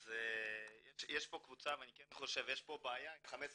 יש פה קבוצה ואני כן חושב שיש פה בעיה לגבי ה-15